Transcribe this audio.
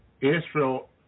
Israel